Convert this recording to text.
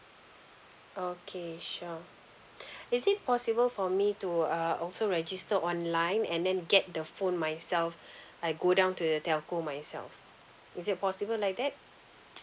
okay sure is it possible for me to uh also register online and then get the phone myself I go down to the telco myself is it possible like that